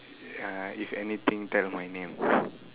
uh if anything tell my name